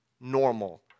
normal